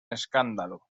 escándalo